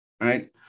right